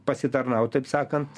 pasitarnaut taip sakant